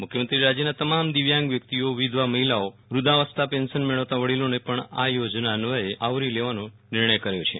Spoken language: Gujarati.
મુ ખ્યમંત્રીશ્રીએ રાજ્યના તમામ દિવ્યાંગ વ્યક્તિઓ વિધવા મહિલાઓ વૃદ્વાવસ્થા પેન્શન મેળવતા વડીલોને પણ આ યોજના અન્વયે આવરી લેવાનો નિર્ણય કર્યો છે